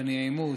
בנעימות,